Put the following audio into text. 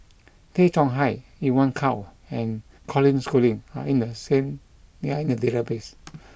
Tay Chong Hai Evon Kow and Colin Schooling are in the skin they are in the database